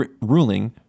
ruling